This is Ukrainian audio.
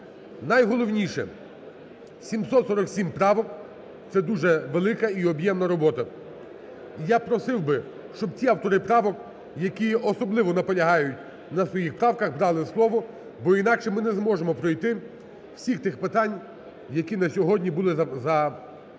Найголовніше, 747 правок це дуже велика і об'ємна робота. І я просив би, щоб ці автори правок, які особливо наполягають на своїх правках, брали слово, бо інакше ми не зможемо пройти всіх тих питань, які на сьогодні були заплановані